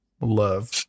love